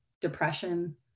depression